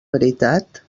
veritat